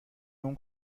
اون